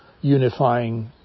unifying